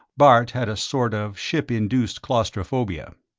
bart had a sort of ship-induced claustrophobia.